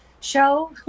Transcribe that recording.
show